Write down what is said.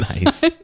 Nice